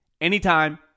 anytime